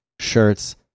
shirts